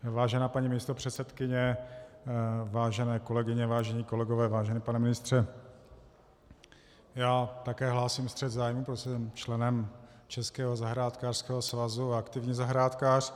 Vážená paní místopředsedkyně, vážené kolegyně, vážení kolegové, vážený pane ministře, já také hlásím střet zájmu, protože jsem členem Českého zahrádkářského svazu a aktivní zahrádkář.